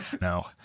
No